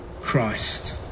Christ